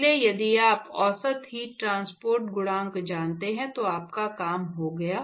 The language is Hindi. इसलिए यदि आप औसत हीट ट्रांसपोर्ट गुणांक जानते हैं तो आपका काम हो गया